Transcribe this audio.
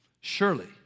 Surely